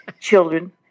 children